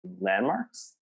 landmarks